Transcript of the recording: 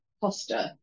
poster